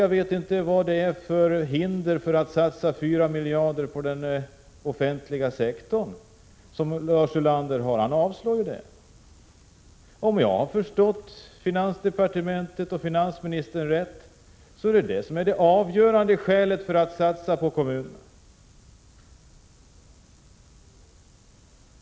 Jag vet inte vilka hinder som finns mot att satsa 4 miljarder kronor på den offentliga sektorn. Varför har Lars Ulander avstyrkt det? Om jag har förstått finansdepartementet och finansministern rätt är detta det avgörande skälet för att satsa på kommunerna.